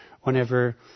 whenever